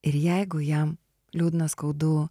ir jeigu jam liūdna skaudu